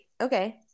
okay